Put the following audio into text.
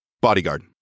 Bodyguard